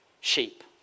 sheep